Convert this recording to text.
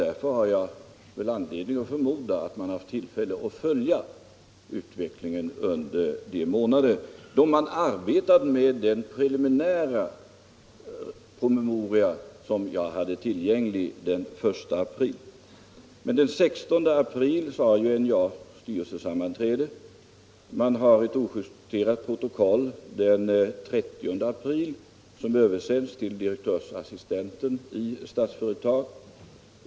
Jag har väl därför anledning att förmoda, att man haft tillfälle att följa utvecklingen under de månader man arbetade med den preliminära promemoria som jag hade tillgänglig den 1 april. Men den 16 april hade NJA styrelsesammanträde, ett ojusterat protokoll översändes den 30 april till direktörsassistenten i Statsföretag.